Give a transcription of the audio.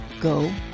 go